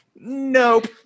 Nope